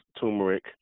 turmeric